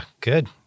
good